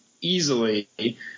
easily